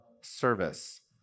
service